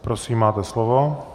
Prosím, máte slovo.